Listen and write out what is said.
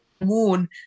moon